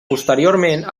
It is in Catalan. posteriorment